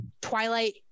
Twilight